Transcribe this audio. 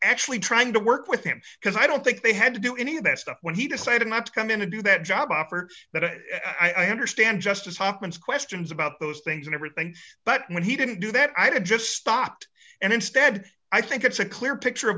actually trying to work with him because i don't think they had to do any of that stuff when he decided not to come in to do that job offers that i understand just as happens questions about those things and everything but when he didn't do that i just stopped and instead i think it's a clear picture of